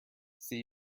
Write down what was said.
see